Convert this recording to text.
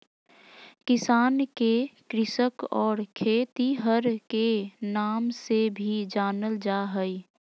किसान के कृषक और खेतिहर के नाम से भी जानल जा हइ